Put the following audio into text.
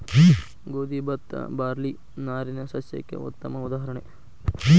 ಗೋದಿ ಬತ್ತಾ ಬಾರ್ಲಿ ನಾರಿನ ಸಸ್ಯಕ್ಕೆ ಉತ್ತಮ ಉದಾಹರಣೆ